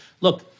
look